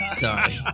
Sorry